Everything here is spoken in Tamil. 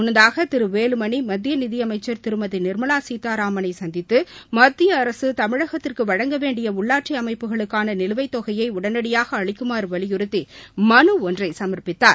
முன்னதாக திரு வேலுமணி மத்திய நிதி அமைச்சா் திருமதி நிா்மலா சீதாராமனை சந்தித்து மத்திய அரசு தமிழகத்திற்கு வழங்க வேண்டிய உள்ளாட்சி அமைப்புகளுக்கான நிலுவை தொகைய உடனடியாக அளிக்குமாறு வலியுறுத்தி மனு ஒன்றை சம்ப்பித்தார்